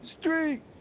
Street